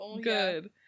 Good